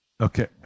Okay